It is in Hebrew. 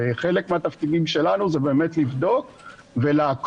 וחלק מהתפקידים שלנו זה באמת לבדוק ולעקוב